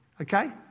Okay